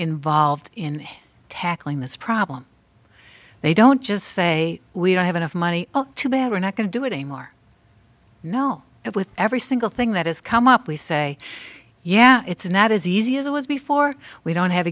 involved in tackling this problem they don't just say we don't have enough money to bad we're not going to do it anymore you know it with every single thing that has come up we say yeah it's not as easy as it was before we don't have